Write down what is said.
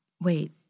Wait